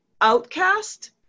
outcast